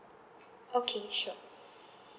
okay sure